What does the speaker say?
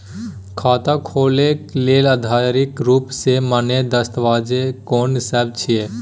खाता खोले लेल आधिकारिक रूप स मान्य दस्तावेज कोन सब छिए?